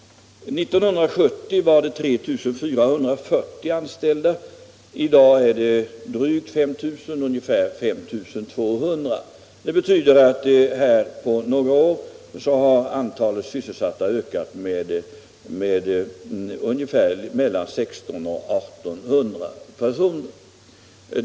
1970 var det 3 440 anställda i NJA. I dag är det ungefär 5 200. Det betyder att antalet sysselsatta under några år har ökat med mellan 1600 och 1800 personer.